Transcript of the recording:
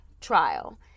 trial